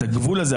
הגבול הזה,